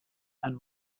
and